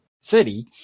city